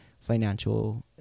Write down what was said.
financial